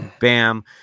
Bam